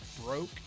broke